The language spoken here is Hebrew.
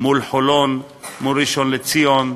מול חולון, מול ראשון-לציון,